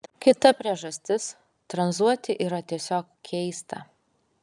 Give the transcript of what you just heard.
kita priežastis tranzuoti yra tiesiog keista